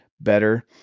better